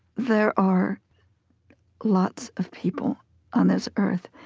there are lots of people on this earth,